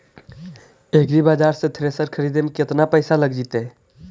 एग्रिबाजार से थ्रेसर खरिदे में केतना पैसा लग जितै?